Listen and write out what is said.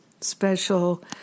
special